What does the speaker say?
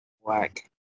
Whack